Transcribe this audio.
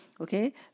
Okay